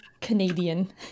Canadian